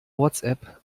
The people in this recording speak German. whatsapp